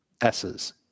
S's